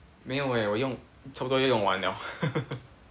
没有哦我用全部都用完了